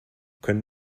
können